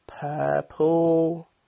purple